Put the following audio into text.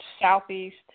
Southeast